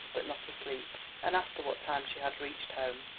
but not asleep and asked her what time she had reached home.